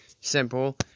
Simple